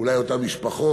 אולי אותן משפחות,